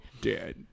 Dead